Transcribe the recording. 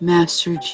Master